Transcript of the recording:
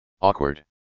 Awkward